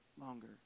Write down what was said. longer